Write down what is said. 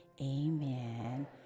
amen